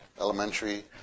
elementary